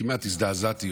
כמעט הזדעזעתי.